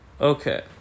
Okay